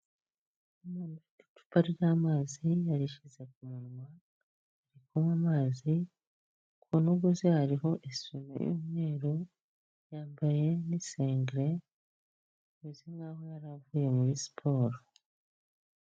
Umwana ufite icupa ry'amazi yarishyize ku munwa, ari kunywa amazi. Ku ntugu ze hariho isume y'umweru; yambaye n'isengeri, ameze nk'aho yari avuye muri siporo.